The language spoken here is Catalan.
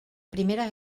primera